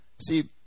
See